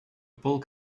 bulk